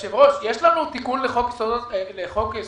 יש לנו תיקון לחוק-יסוד